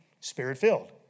Spirit-filled